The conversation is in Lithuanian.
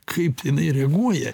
kaip jinai reaguoja